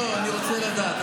לא, אני רוצה לדעת.